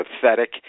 pathetic